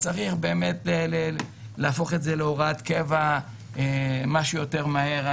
צריך באמת להפוך את זה להוראת קבע כמה שיותר מהר.